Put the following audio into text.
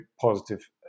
positive